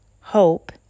Hope